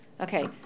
okay